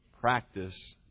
practice